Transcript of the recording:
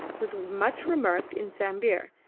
was much remarked in sambir,